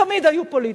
תמיד היו פוליטיקות,